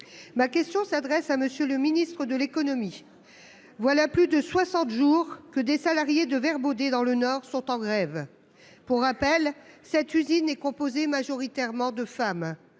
Ma question s'adresse à Monsieur le Ministre de l'économie. Voilà plus de 60 jours que des salariés de Vert Baudet dans le Nord sont en grève. Pour rappel, cette usine est composé majoritairement de femmes.